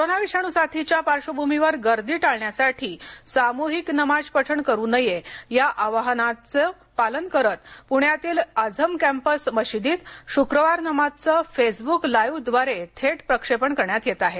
corona विषाणू साथीच्या पार्श्वभूमीवर गर्दी टाळण्यासाठी सामूहिक नमाज पठण करू नये या आवाहनाचे पालन करीत पुण्यातील आझम कॅम्पस मशिदीत शुक्रवार नमाजचे फेसबुक लाईव्ह द्वारे थेट प्रक्षेपण करण्यात येत आहे